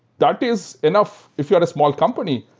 that is enough if you are a small company,